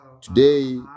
Today